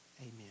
Amen